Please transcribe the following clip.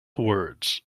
words